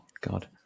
God